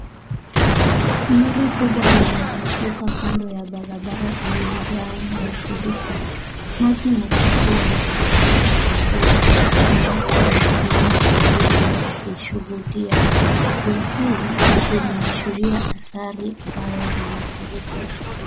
Lori kubwa limeanguka kando ya barabara iliyojaa mafuriko. Maji machafu yanatiririka kwa nguvu na watu wamesimama pembeni wakishuhudia. Tukio hili linaashiria hasari mbaya za mafuriko.